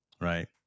right